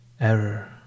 error